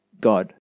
God